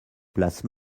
place